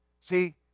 See